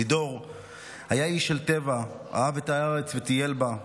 לידור היה איש של טבע, אהב את הארץ וטייל בה,